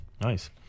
Nice